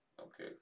Okay